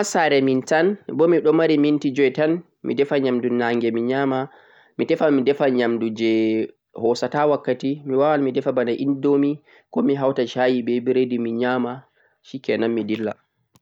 Tomiɗon ha sare mintan bo miɗon mari minti joi tan mi defa nyamdu naage mi nyama. Mi tefan mi defa nyamdu je hosata wakkati. Mi wawan mi defa bana indomie ko mi hauta sahyi be biredi mi nyama shkenan mi dilla.